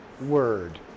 word